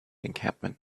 encampment